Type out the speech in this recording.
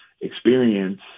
experience